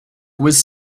was